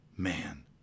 man